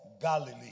Galilee